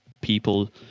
people